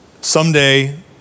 someday